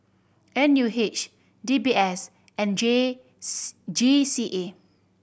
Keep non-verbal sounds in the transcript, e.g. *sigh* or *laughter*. N U H D B S and G G *unintelligible* G C E